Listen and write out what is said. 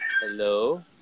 Hello